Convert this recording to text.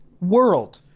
world